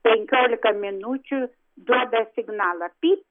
penkiolika minučių duoda signalą pyp